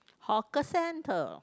hawker center